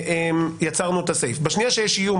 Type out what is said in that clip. בשנייה שאין יש איום,